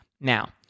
Now